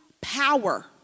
power